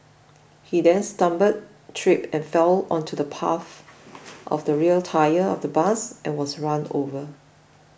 he then stumbled tripped and fell onto the path of the rear tyre of the bus and was run over